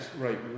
Right